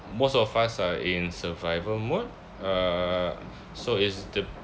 most of us are in survival mode uh so is the